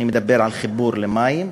אני מדבר על חיבור למים,